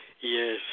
Yes